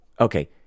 Okay